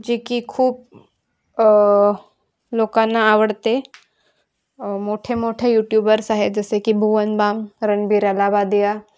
जी की खूप लोकांना आवडते मोठे मोठे यूट्यूबर्स आहेत जसे की भुवन बाम रणबीर अलाहाबादिया